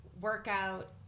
workout